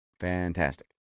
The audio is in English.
Fantastic